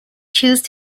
choose